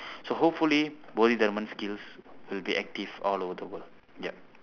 so hopefully bodhidharma skills will be active all over the world yup